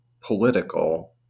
political